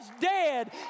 dead